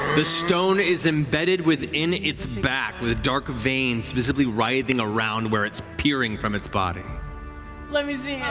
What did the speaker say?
the stone is embedded within its back with a dark vein specifically writhing around where it's peering from its body. laura let me see yeah